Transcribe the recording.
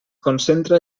concentra